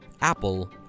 Apple